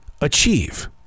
achieve